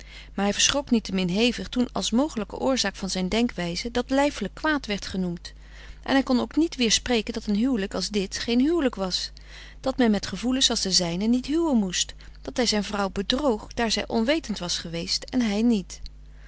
maar hij verschrok niettemin hevig toen als mogelijke oorzaak van zijn denkwijze dat lijfelijk kwaad werd genoemd en hij kon ook niet weerspreken dat een huwelijk als dit geen huwelijk was dat men met gevoelens als de zijne niet huwen moest dat hij zijn vrouw bedroog daar zij onwetend was geweest en hij niet